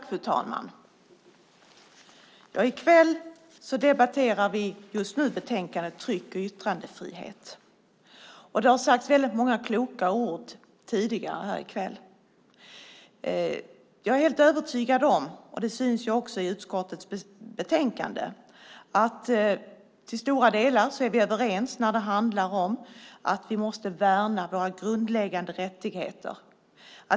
Fru talman! I kväll debatterar vi betänkandet Tryck och yttrandefrihetsfrågor . Det har sagts många kloka ord tidigare här i kväll. Jag är helt övertygad om - det syns också i utskottets betänkande - att vi till stora delar är överens om att vi måste värna våra grundläggande rättigheter.